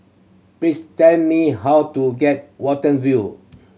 please tell me how to get Watten View